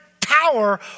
power